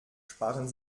sparen